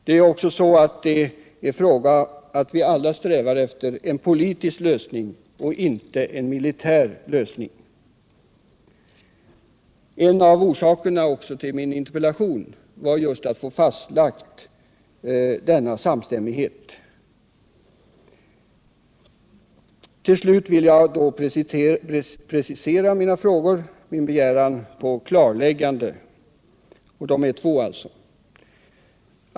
En av orsakerna till min interpellation var just att jag ville få denna samstämmighet fastlagd. Det är också så att vi alla strävar efter en politisk lösning och inte en militär lösning. Till slut vill jag precisera mina två frågor och begära klarläggande: 1.